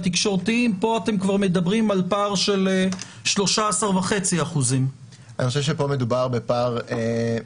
התקשורתיים פה אתם כבר מדברים על פער של 13.5%.